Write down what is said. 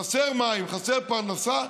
חסרים מים, חסרה פרנסה,